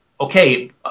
okay